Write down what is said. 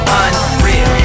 unreal